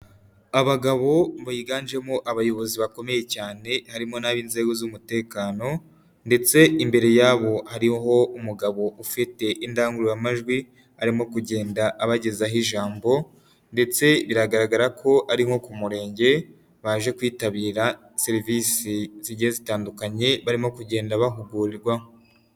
Abagabo biganjemo abayobozi bakomeye cyane, harimo n'ab'inzego z'umutekano ndetse imbere yabo hariho umugabo ufite indangururamajwi, arimo kugenda abagezaho ijambo ndetse biragaragara ko ari nko ku murenge, baje kwitabira serivisi zigiye zitandukanye barimo kugenda bahugurwaho.